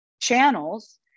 channels